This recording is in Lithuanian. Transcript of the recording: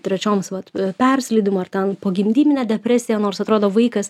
trečioms vat persileidimu ar ten pogimdymine depresija nors atrodo vaikas